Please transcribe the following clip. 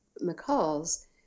McCall's